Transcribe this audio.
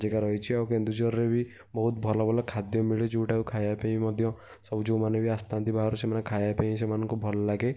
ଜାଗା ରହିଛି ଆଉ କେନ୍ଦୁଝରରେ ବି ବହୁତ ଭଲ ଭଲ ଖାଦ୍ୟ ମିଳେ ଯେଉଁଟା କି ଖାଇବାପାଇଁ ମଧ୍ୟ ସବୁ ଯେଉଁମାନେ ବି ଆସିଥାନ୍ତି ବାହାରୁ ସେମାନେ ଖାଇବା ପାଇଁ ସେମାନଙ୍କୁ ଭଲ ଲାଗେ